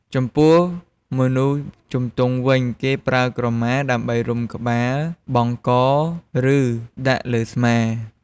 ចំពោះមនុស្សជំទង់វិញ គេប្រើក្រមា ដើម្បីរុំក្បាល បង់ក ឬ ដាក់លើស្មា។